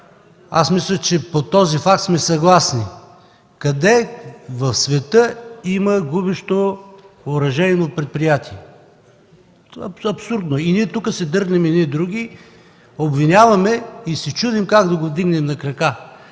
Мисля, че по този факт сме съгласни. Къде в света има губещо оръжейно предприятие?! Това е абсурдно! И ние тук се дърляме едни други, обвиняваме се и се чудим как да го вдигнем на крака.